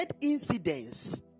incidents